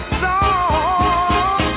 song